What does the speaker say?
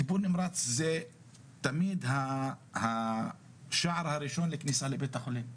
טיפול נמרץ זה תמיד השער הראשון לכניסה לבית החולים,